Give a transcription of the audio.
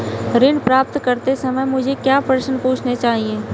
ऋण प्राप्त करते समय मुझे क्या प्रश्न पूछने चाहिए?